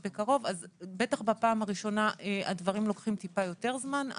בטח בפעם הראשונה הדברים לוקחים טיפה יותר זמן,